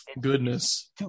goodness